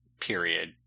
period